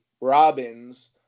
Robins